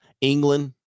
England